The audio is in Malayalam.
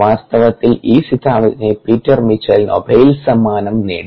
വാസ്തവത്തിൽ ഈ സിദ്ധാന്തത്തിന് പീറ്റർ മിച്ചൽ നൊബേൽ സമ്മാനം നേടി